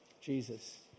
Jesus